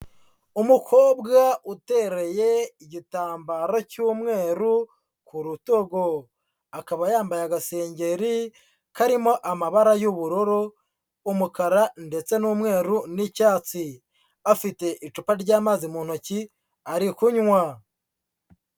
Umukobwa utereye igitambaro cy'umweru ku rutugu, akaba yambaye agasengeri karimo amabara y'ubururu, umukara ndetse n'umweru n'icyatsi, afite icupa ry'amazi mu ntoki ari kunywa.